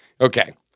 Okay